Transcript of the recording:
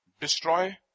Destroy